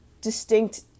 distinct